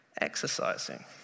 exercising